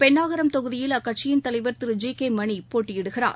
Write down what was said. பென்னாகரம் தொகுதியில் அக்கட்சியின் தலைவர் திரு ஜி கேமணிபோட்டியிடுகிறார்